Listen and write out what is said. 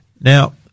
Now